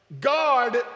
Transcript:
God